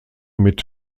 mit